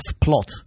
plot